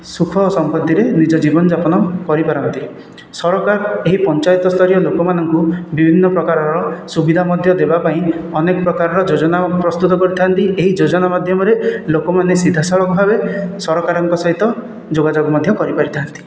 ସୁଖ ଓ ସମ୍ପତିରେ ନିଜ ଜୀବନ ଯାପନ କରିପାରନ୍ତି ସରକାର ଏହି ପଞ୍ଚାୟତ ସ୍ତରୀୟ ଲୋକମାନଙ୍କୁ ବିଭିନ୍ନ ପ୍ରକାରର ସୁବିଧା ମଧ୍ୟ ଦେବାପାଇଁ ଅନେକ ପ୍ରକାର ଯୋଜନା ପ୍ରସ୍ତୁତ କରିଥାନ୍ତି ଏହି ଯୋଜନା ମାଧ୍ୟମରେ ଲୋକମାନେ ସିଧା ସଳଖ ଭାବେ ସରକାରଙ୍କ ସହିତ ଯୋଗାଯୋଗ ମଧ୍ୟ କରିପାରିଥା'ନ୍ତି